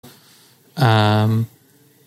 אממ